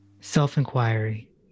Self-inquiry